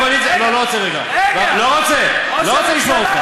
שבחוק החרם אמרו גם "מדינת ישראל" וגם "שטחים שהם בשליטת ישראל".